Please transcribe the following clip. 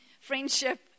friendship